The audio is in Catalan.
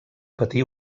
patir